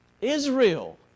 Israel